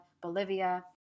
Bolivia